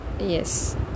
yes